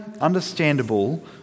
understandable